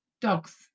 dogs